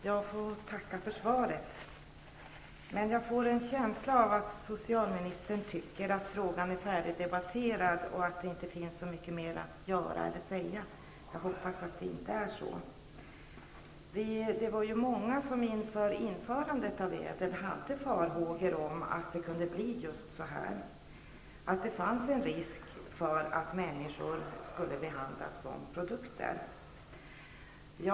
Fru talman! Jag tackar för svaret. Jag har dock en känsla av att socialministern tycker att frågan är färdigdebatterad och att det inte finns särskilt mycket mera att göra eller säga. Men jag hoppas att det inte är så. Inför införandet av ÄDEL var det många som hyste farhågor just för att risken skulle finnas att människor blev behandlade som produkter.